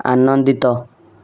ଆନନ୍ଦିତ